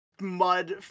mud